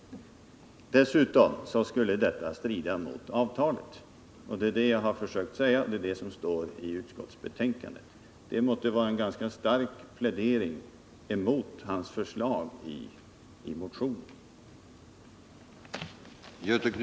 Dessutom skulle detta strida mot avtalet. Det har jag försökt säga och det står i utskottsbetänkandet. Det måste vara en ganska stark plädering mot hans förslag i motionen.